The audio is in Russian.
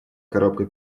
коробка